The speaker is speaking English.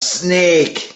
snake